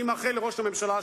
אני מאחל לראש הממשלה,